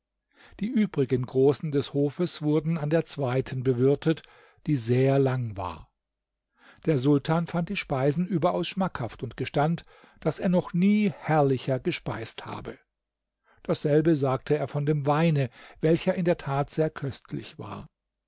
die übrigen großen des hofes wurden an der zweiten bewirtet die sehr lang war der sultan fand die speisen überaus schmackhaft und gestand daß er noch nie herrlicher gespeist habe dasselbe sagte er von dem weine welcher in der tat sehr köstlich war